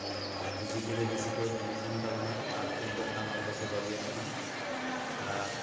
ᱱᱚᱣᱟ ᱰᱤᱡᱮ ᱛᱮᱜᱮ ᱵᱮᱥᱤ ᱠᱚ ᱮᱱᱮᱡ ᱠᱟᱱ ᱛᱟᱵᱚᱱᱟ ᱟᱨ ᱛᱩᱢᱫᱟᱹᱜ ᱴᱟᱢᱟᱠ ᱫᱚᱠᱚ ᱵᱟᱹᱜᱤᱭᱟᱜ ᱠᱟᱱᱟ ᱟᱨ